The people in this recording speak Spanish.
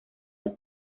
los